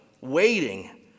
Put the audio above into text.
waiting